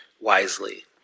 wisely